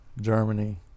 Germany